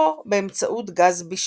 או באמצעות גז בישול.